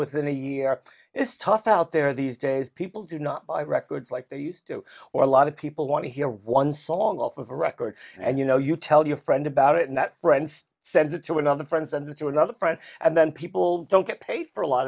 within a year it's tough out there these days people do not buy records like they used to or a lot of people want to hear one song off of a record and you know you tell your friend about it and that friend sends it to another friends and that's another friend and then people don't get paid for a lot